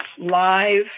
live